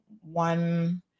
one